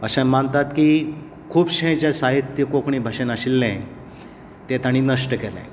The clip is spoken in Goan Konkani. अशें मानतात की खुबशें जे साहित्य कोंकणी भाशेंत आशिल्लें तें ताणी नश्ट केलें